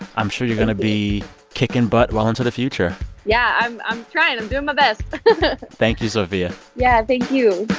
i'm sure you're going to be kicking butt well into the future yeah, i'm i'm trying. i'm doing my best thank you, sophia yeah. thank you